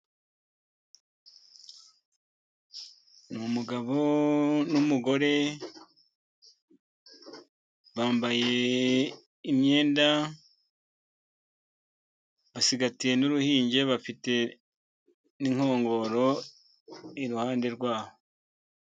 Ni umugabo n'umugore bambaye imyenda, basigagatiye n'uruhinja, bafite n'inkongoro iruhande rwabo.